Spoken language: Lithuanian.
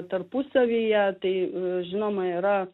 tarpusavyje tai žinoma yra